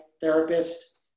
therapist